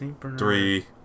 three